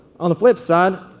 on the flip side,